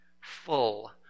full